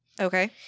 Okay